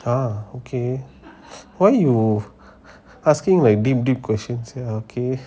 !huh! okay why you asking like deep deep questions ya okay